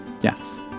Yes